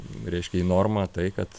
reiškia į normą tai kad